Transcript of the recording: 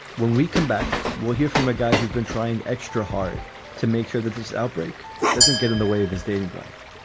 when we come back, we'll hear from a guy who's been trying extra hard to make sure that this outbreak doesn't get in the way of his dating life.